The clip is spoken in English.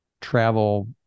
travel